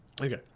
Okay